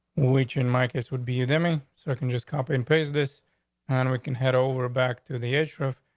which in my case, would be you know i mean so i can just copy and paste this and we can head over back to the issue. um,